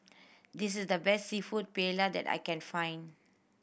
this is the best Seafood Paella that I can find